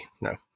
no